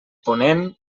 ponent